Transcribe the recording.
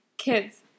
kids